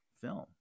film